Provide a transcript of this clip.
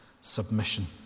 submission